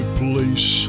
place